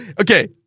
Okay